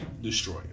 destroy